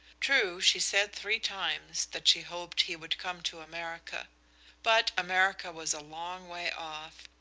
true, she said three times that she hoped he would come to america but america was a long way off,